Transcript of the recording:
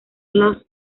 los